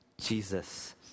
Jesus